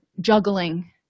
juggling